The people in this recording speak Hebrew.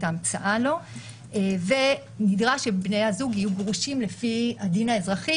ההמצאה לו ונדרש שבני הזוג יהיו גרושים לפי הדין האזרחי